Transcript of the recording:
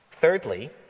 Thirdly